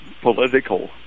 political